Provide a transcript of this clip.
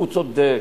הוא צודק,